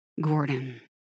Gordon